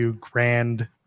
Grand